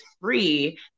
free